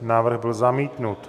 Návrh byl zamítnut.